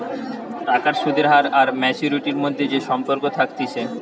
টাকার সুদের হার আর ম্যাচুয়ারিটির মধ্যে যে সম্পর্ক থাকতিছে